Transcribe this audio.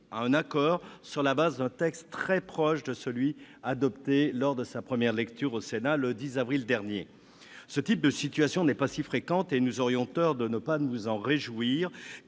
à un accord sur la base d'un texte très proche de celui que nous avions adopté lors de sa première lecture au Sénat, le 10 avril dernier. Ce type de situation n'est pas si fréquent. Nous aurions donc tort de ne pas nous en réjouir,